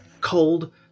cold